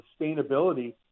sustainability